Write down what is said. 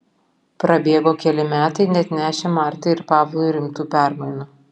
prabėgo keli metai neatnešę martai ir pavlui rimtų permainų